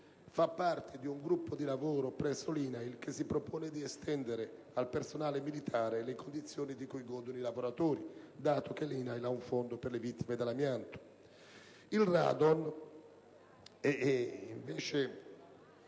fa parte di un gruppo di lavoro presso l'INAIL che si propone di estendere al personale militare le condizioni di cui godono i lavoratori, dato che l'INAIL dispone di un fondo per le vittime dell'amianto.